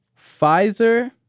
Pfizer